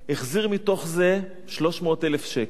החזיר מתוך זה 300,000 שקל,